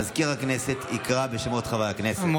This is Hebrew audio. המזכיר יקרא בשמות חברי הכנסת.